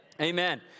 Amen